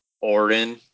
Orin